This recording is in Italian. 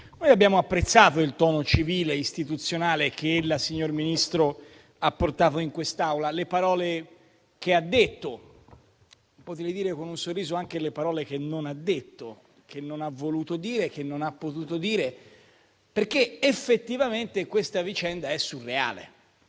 noi abbiamo apprezzato il tono civile ed istituzionale che il signor Ministro ha portato in quest'Aula, le parole che ha detto e potrei dire, con un sorriso, anche le parole che non ha detto, che non ha voluto dire, che non ha potuto dire. Effettivamente, questa vicenda è surreale.